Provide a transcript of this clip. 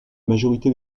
majorité